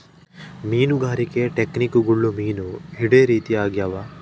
ಮೀನುಗಾರಿಕೆ ಟೆಕ್ನಿಕ್ಗುಳು ಮೀನು ಹಿಡೇ ರೀತಿ ಆಗ್ಯಾವ